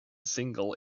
single